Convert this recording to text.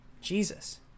Jesus